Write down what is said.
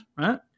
right